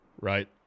Right